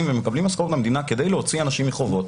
ומקבלים משכורת מהמדינה כדי להוציא אנשים מחובות.